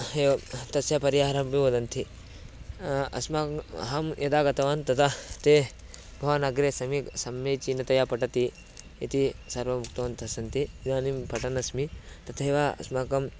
एवं तस्य परिहारमपि वदन्ति अस्माकं अहं यदा गतवान् तदा ते भवान् अग्रे सम्यक् सम्मीचीनतया पठति इति सर्वम् उक्तवन्तः सन्ति इदानीं पठन्नस्मि तथैव अस्माकं